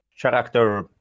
character